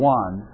one